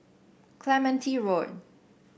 Clementi Road